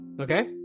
Okay